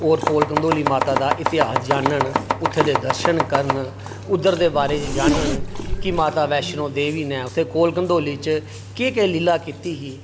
और कोल कंडोली माता दा इतेहास जानन उत्थूं दे दर्शन करन उद्धर दे बारे च जाननिकी माता वैश्नो देवी नै उत्थै कोल कंडोली च केह् केह् लीला कीती ही